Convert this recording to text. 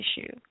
issue